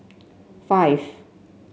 five